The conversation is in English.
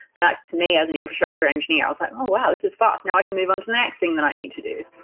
and to me as an infrastructure engineer, i was like, oh, wow. this is fast. now i can move on to the next thing that i need to do.